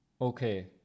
Okay